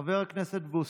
חבר הכנסת בוסו,